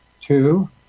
two